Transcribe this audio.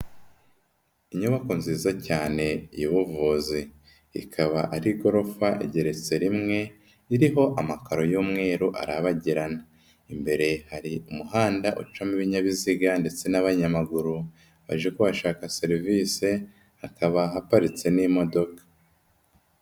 Inyubako nziza cyane y'ubuvuzi, ikaba ari igorofa igeretse rimwe, iriho amakaro y'umweru arabagirana, imbere hari umuhanda ucamo ibinyabiziga ndetse n'abanyamaguru baje kuhashaka serivise, hakaba haparitse n'imodoka.